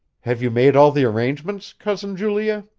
have you made all the arrangements, cousin julia?